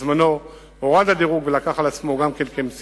שבזמנו הורד הדירוג וגם הוא לקח על עצמו כמשימה